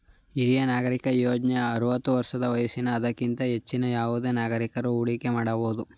ಹಿರಿಯ ನಾಗರಿಕ ಯೋಜ್ನ ಆರವತ್ತು ವರ್ಷ ವಯಸ್ಸಿನ ಅದಕ್ಕಿಂತ ಹೆಚ್ಚಿನ ಯಾವುದೆ ನಾಗರಿಕಕರು ಹೂಡಿಕೆ ಮಾಡಬಹುದು